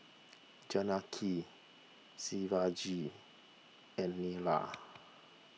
Janaki Shivaji and Neila